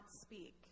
speak